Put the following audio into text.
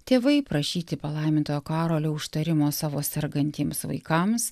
tėvai prašyti palaimintojo karolio užtarimo savo sergantiems vaikams